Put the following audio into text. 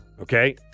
Okay